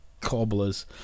cobblers